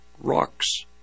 rocks